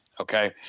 okay